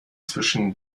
zwischen